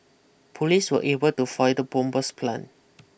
police were able to foil the bomber's plan